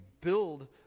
Build